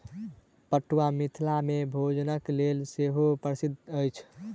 पटुआ मिथिला मे भोजनक लेल सेहो प्रसिद्ध अछि